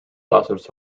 lawsuits